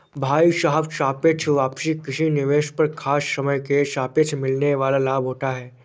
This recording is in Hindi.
भाई साहब सापेक्ष वापसी किसी निवेश पर खास समय के सापेक्ष मिलने वाल लाभ होता है